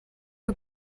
who